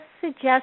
suggest